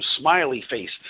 smiley-faced